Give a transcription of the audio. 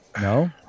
No